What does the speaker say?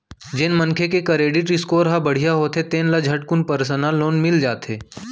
जेन मनखे के करेडिट स्कोर ह बड़िहा होथे तेन ल झटकुन परसनल लोन मिल जाथे